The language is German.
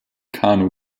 kanu